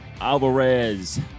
Alvarez